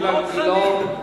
אילן גילאון,